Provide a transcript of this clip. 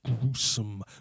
gruesome